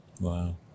Wow